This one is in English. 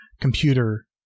computer